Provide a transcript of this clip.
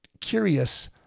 curious